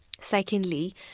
Secondly